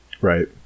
Right